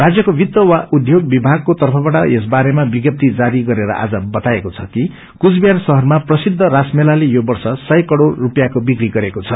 राज्यको वित्त वा उदयोग विभागको तफबाट यस बारेमा विज्ञप्ति जारी गरेर आज बताएको छ कि कूविहार शहरामा प्रसिद्ध रासमेलाले यो वर्ष सय करोड़ स्वपियाँको विक्री गरेको छ